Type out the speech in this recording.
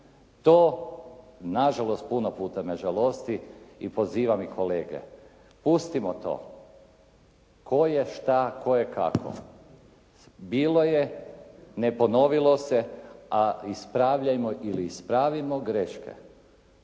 To nažalost puno puta me žalosti i pozivam i kolege. Pustimo to tko je šta, tko je kako? Bilo je, ne ponovilo se a ispravljajmo ili ispravimo greške